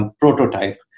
Prototype